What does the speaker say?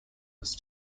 was